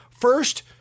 first